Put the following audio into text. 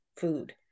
food